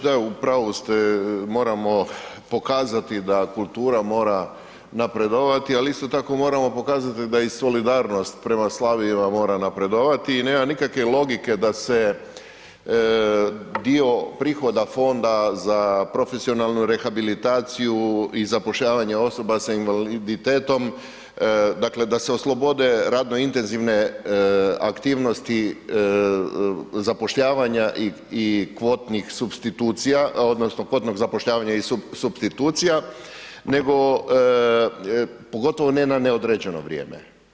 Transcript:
Da, u pravu ste moramo pokazati da kultura mora napredovati, ali isto tako moramo pokazati da i solidarnost prema slabijima mora napredovati i nema nikakve logike da se dio prihoda Fonda za profesionalnu rehabilitaciju i zapošljavanje osoba s invaliditetom da se oslobode radno intenzivne aktivnosti zapošljavanja i kvotnih supstitucija odnosno kvotnog zapošljavanja i supstitucija nego pogotovo ne na neodređeno vrijeme.